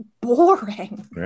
boring